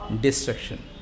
Destruction